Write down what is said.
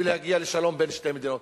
ולהגיע לשלום בין שתי מדינות.